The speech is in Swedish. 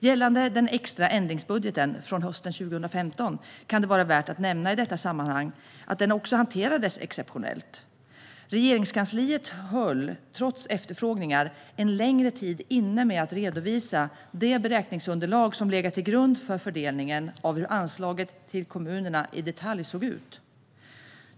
Gällande den extra ändringsbudgeten från hösten 2015 kan det vara värt att nämna i detta sammanhang att den också hanterades exceptionellt: Regeringskansliet höll, trots efterfrågningar, en längre tid inne med att i detalj redovisa det beräkningsunderlag som legat till grund för fördelningen av anslaget till kommunerna.